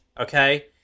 okay